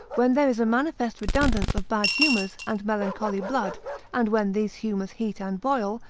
when there is a manifest redundance of bad humours, and melancholy blood and when these humours heat and boil,